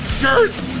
shirts